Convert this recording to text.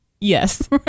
Yes